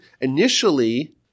initially